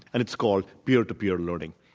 and it's called peer to peer learning.